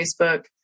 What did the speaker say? Facebook